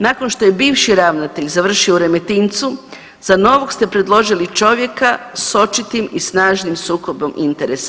Nakon što je bivši ravnatelj završio u Remetincu, za novog ste predložili čovjeka s očitim i snažnim sukobom interesa.